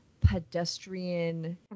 pedestrian